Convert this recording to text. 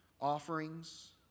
offerings